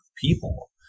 people